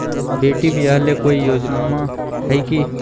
बेटी ब्याह ले कोई योजनमा हय की?